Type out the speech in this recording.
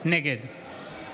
נגד